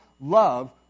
love